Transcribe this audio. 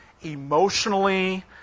emotionally